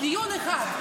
דיון אחד.